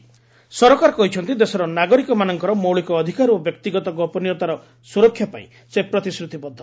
ସେକ୍କର WhatsApp ସରକାର କହିଛନ୍ତି ଦେଶର ନାଗରିକମାନଙ୍କର ମୌଳିକ ଅଧିକାର ଓ ବ୍ୟକ୍ତିଗତ ଗୋପନୀୟତାର ସୁରକ୍ଷା ପାଇଁ ସେ ପ୍ରତିଶ୍ରତିବଦ୍ଧ